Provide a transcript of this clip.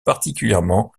particulièrement